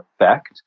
effect